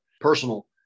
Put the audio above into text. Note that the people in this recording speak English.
personal